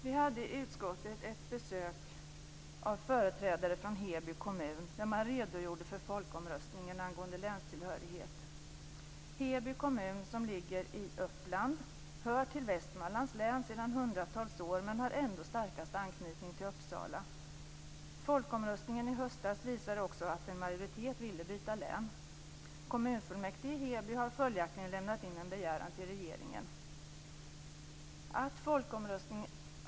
Vi hade i utskottet ett besök av företrädare från Heby kommun som redogjorde för folkomröstningen angående länstillhörighet. Heby kommun, som ligger i Uppland, hör till Västmanlands län sedan hundratals år, men har ändå starkast anknytning till Uppsala. Folkomröstningen i höstas visade också att en majoritet ville byta län. Kommunfullmäktige i Heby har följaktligen lämnat in en begäran till regeringen.